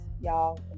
y'all